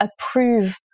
approve